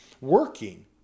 working